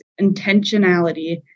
intentionality